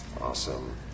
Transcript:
Awesome